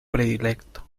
predilecto